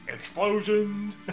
Explosions